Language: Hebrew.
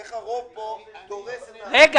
איך הרוב פה דורס --- שנייה.